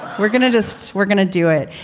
we're gonna just we're gonna do it.